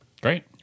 Great